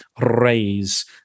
raise